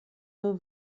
nur